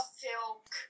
silk